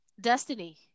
destiny